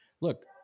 look